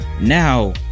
now